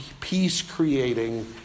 peace-creating